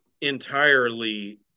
entirely